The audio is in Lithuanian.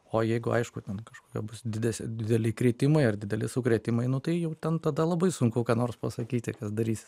o jeigu aišku ten kažkokie bus dides dideli kritimai ir dideli sukrėtimai nu tai jau ten tada labai sunku ką nors pasakyti kas darys